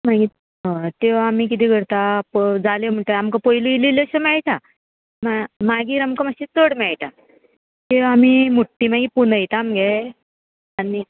मागीर हय त्यो आमी किदें करता जाले म्हणटगी आमकां पयलीं इल्ल्यो इल्लेश्यो मेयटा मागीर आमकां मातशें चड मेयटा त्यो आमी मुट्टी मागीर पुनयता मगे आनी